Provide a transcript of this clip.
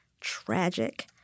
tragic